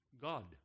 God